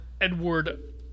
Edward